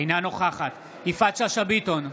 אינה נוכחת יפעת שאשא ביטון,